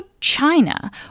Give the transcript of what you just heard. China